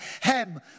hem